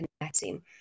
connecting